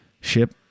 ship